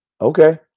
Okay